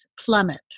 plummet